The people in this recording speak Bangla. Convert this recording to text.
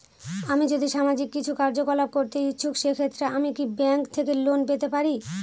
আমি যদি সামাজিক কিছু কার্যকলাপ করতে ইচ্ছুক সেক্ষেত্রে আমি কি ব্যাংক থেকে লোন পেতে পারি?